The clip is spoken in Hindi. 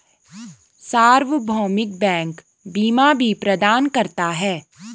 सार्वभौमिक बैंक बीमा भी प्रदान करता है